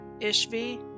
Ishvi